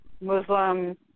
Muslim